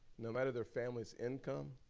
no matter their family's income,